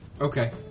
Okay